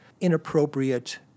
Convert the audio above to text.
inappropriate